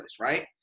right